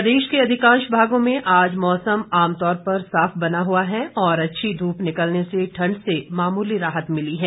मौसम प्रदेश के अधिकांश भागों में आज मौसम आमतौर पर साफ बना हुआ है और अच्छी ध्रप निकलने से ठंड से मामूली राहत मिली है